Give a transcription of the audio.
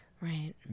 Right